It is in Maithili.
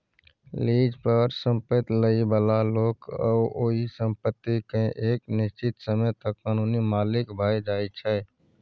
लीज पर संपैत लइ बला लोक ओइ संपत्ति केँ एक निश्चित समय तक कानूनी मालिक भए जाइ छै